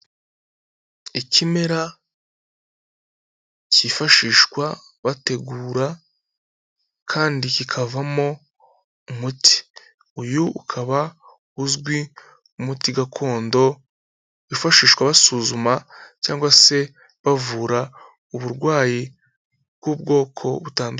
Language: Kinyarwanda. Ikimera kifashishwa bategura kandi kikavamo umuti, uyu ukaba uzwi nk'umuti gakondo wifashishwa basuzuma cyangwa se bavura uburwayi bw'ubwoko butandukanye.